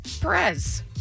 Perez